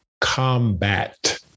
combat